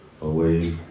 away